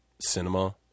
cinema